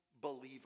believer